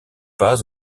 pas